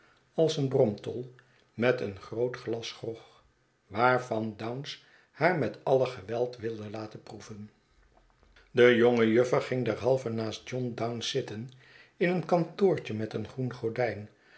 als een bromtol met een groot glas grog waarvan dounce haar met alle geweld wilde laten proeven de jonge juffer ging derhalve naast john dounce zitten in een kantoortje met een groen gordijn